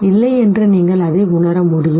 இல்லை என்று நீங்கள் அதை உணர முடியும்